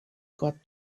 got